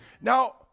Now